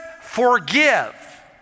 forgive